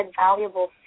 valuable